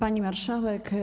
Pani Marszałek!